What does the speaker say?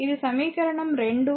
ఇది సమీకరణం 2